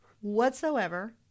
whatsoever